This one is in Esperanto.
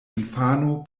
infano